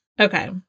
Okay